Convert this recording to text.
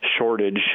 Shortage